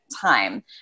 time